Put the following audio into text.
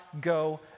go